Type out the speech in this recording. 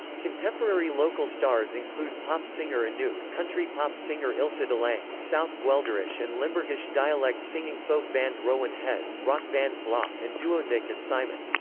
contemporary local stars include pop singer anouk, country pop singer ilse delange, south guelderish and limburgish dialect singing folk band rowwen heze, rock band blof and duo nick and simon.